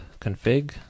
config